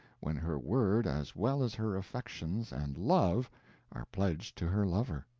when her word as well as her affections and love are pledged to her lover?